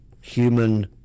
human